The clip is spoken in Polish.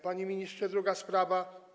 Panie ministrze, druga sprawa.